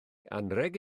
anrheg